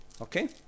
Okay